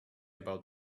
about